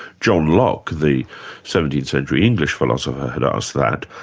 john locke, the seventeenth century english philosopher, had asked that.